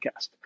podcast